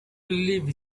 believe